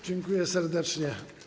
Dziękuję serdecznie.